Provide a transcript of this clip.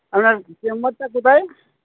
আপনার চেম্বারটা কোথায়